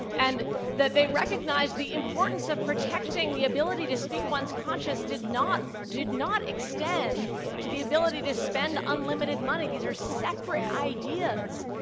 and that they recognized the importance of protecting the ability to speak one's conscience did not did not extend to the ability to spend unlimited money. these are separate ideas.